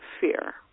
fear